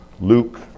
Luke